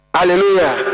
Hallelujah